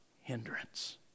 hindrance